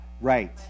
Right